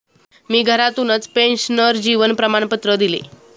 मी घरातूनच पेन्शनर जीवन प्रमाणपत्र दिले